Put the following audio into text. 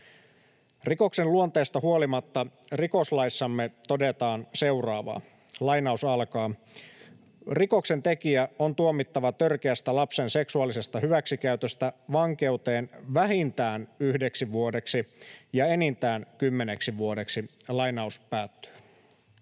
Rikoksen luonteesta huolimatta rikoslaissamme todetaan seuraavaa: ”Rikoksentekijä on tuomittava törkeästä lapsen seksuaalisesta hyväksikäytöstä vankeuteen vähintään yhdeksi vuodeksi ja enintään kymmeneksi vuodeksi.” Tässä